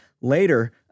Later